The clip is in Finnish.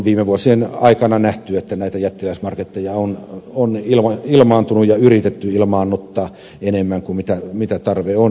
viime vuosien aikana on nähty että näitä jättiläismarketteja on ilmaantunut ja yritetty ilmaannuttaa enemmän kuin tarve on